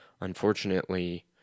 unfortunately